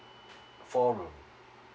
four room